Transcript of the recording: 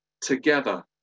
Together